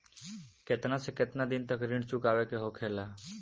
केतना से केतना दिन तक ऋण चुकावे के होखेला?